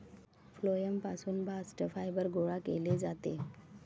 phloem पासून bast fibre गोळा केले जाते